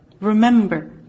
Remember